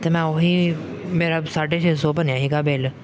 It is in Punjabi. ਅਤੇ ਮੈਂ ਉਹੀ ਮੇਰਾ ਸਾਢੇ ਛੇ ਸੌ ਬਣਿਆ ਸੀਗਾ ਬਿੱਲ